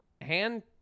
hand